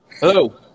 Hello